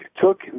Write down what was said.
took